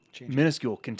minuscule